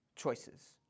choices